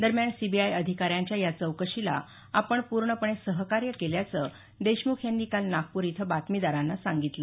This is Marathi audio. दरम्यान सीबीआय अधिकाऱ्यांच्या या चौकशीला आपण पूर्णपणे सहकार्य केल्याचं देशमुख यांनी काल नागपूर इथं बातमीदारांना सांगितलं